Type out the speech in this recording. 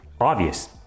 obvious